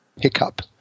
hiccup